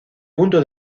punto